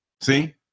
See